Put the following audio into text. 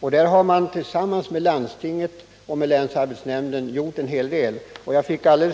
Jag fick alldeles nyss tillgång till en broschyr som de nämnda organen gemensamt givit ut.